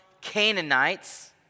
Canaanites